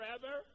forever